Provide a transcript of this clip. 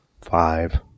Five